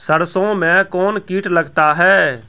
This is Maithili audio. सरसों मे कौन कीट लगता हैं?